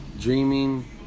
Dreaming